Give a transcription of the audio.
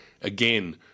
again